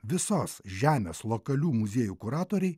visos žemės lokalių muziejų kuratoriai